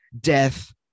death